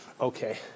Okay